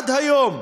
עד היום